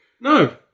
No